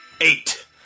Eight